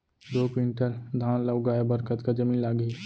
दो क्विंटल धान ला उगाए बर कतका जमीन लागही?